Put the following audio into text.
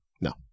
No